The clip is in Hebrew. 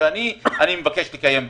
ואני אני מבקש לקיים דיון.